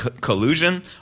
collusion